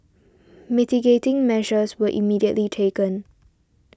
mitigating measures were immediately taken